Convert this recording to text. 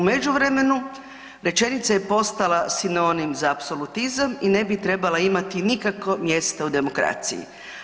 U međuvremenu rečenica je postala sinonim za apsolutizam i ne bi trebala imati nikako mjesta u demokraciji.